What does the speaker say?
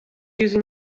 using